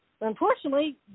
unfortunately